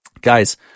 guys